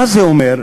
מה זה אומר?